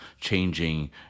changing